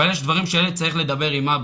אבל יש דברים שהייתי צריך לדבר עם אבא.